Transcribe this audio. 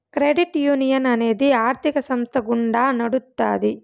credit union అనేది ఆర్థిక సంస్థ గుండా నడుత్తాది